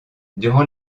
durant